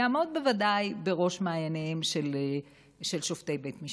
יעמוד בוודאי בראש מעייניהם של שופטי בית משפט.